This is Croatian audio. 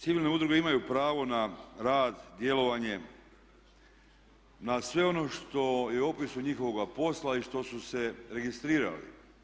Civilne udruge imaju pravo na rad, djelovanje, na sve ono što je u opisu njihovoga posla i što su se registrirali.